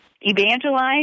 evangelize